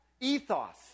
ethos